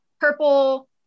purple